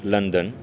London